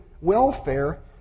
welfare